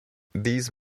these